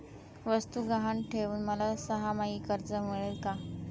वस्तू गहाण ठेवून मला सहामाही कर्ज मिळेल का?